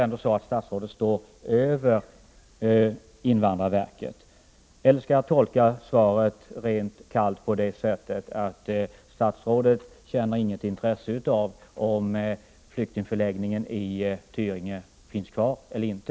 Statsrådet står väl ändå över invandrarverket, eller skall jag tolka svaret helt kallt på det sättet att statsrådet inte intresserar sig för om flyktingförläggningen i Tyringe kommer att finnas kvar eller inte?